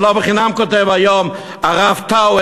ולא לחינם כותב היום הרב טאו,